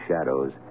shadows